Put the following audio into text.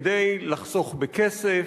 כדי לחסוך בכסף,